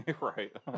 Right